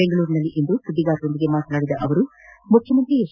ಬೆಂಗಳೂರಿನಲ್ಲಿಂದು ಸುದ್ದಿಗಾರರೊಂದಿಗೆ ಮಾತನಾಡಿದ ಅವರು ಮುಖ್ಜಮಂತ್ರಿ ಎಚ್